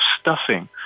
stuffing